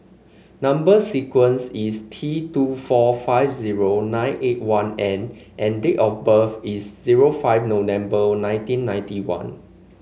number sequence is T two four five zero nine eight one N and date of birth is zero five November nineteen ninety one